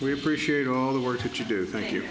we appreciate all the work that you do think you